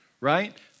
right